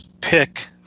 pick